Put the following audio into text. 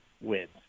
wins